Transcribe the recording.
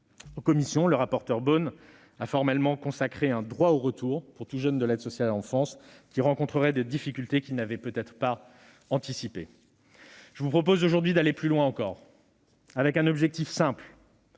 En commission, le rapporteur Bonne a formellement consacré un droit au retour pour tout jeune de l'aide sociale à l'enfance qui rencontrerait des difficultés qu'il n'avait peut-être pas anticipées. Je vous propose aujourd'hui d'aller plus loin encore, avec un objectif simple